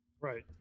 Right